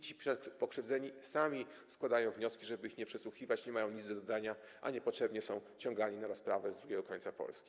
Ci pokrzywdzeni sami składają wnioski, żeby ich nie przesłuchiwać, nie mają nic do dodania, a niepotrzebnie są ciągani na rozprawy z drugiego końca Polski.